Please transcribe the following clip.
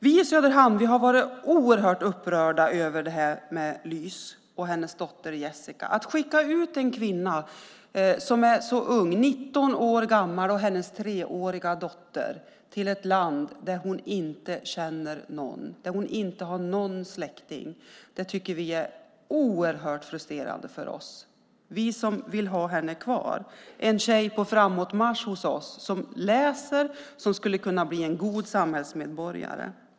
Vi i Söderhamn har varit oerhört upprörda över det som har hänt med Lys och hennes dotter Jessica. Man skickar ut en kvinna som är så ung - 19 år gammal - och hennes treåriga dotter till ett land där hon inte känner någon och där hon inte har någon släkting. Det är oerhört frustrerande för oss som vill ha henne kvar. Det är en tjej som har varit på framåtmarsch hos oss, som läser och som skulle kunna bli en god samhällsmedborgare.